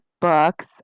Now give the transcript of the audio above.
books